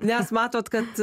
nes matot kad